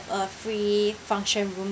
a free function room